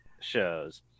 shows